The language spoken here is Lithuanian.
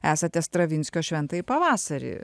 esate stravinskio šventąjį pavasarį